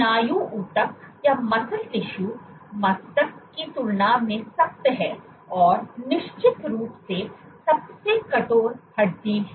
स्नायु ऊतक मस्तिष्क की तुलना में सख्त है और निश्चित रूप से सबसे कठोर हड्डी है